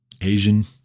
Asian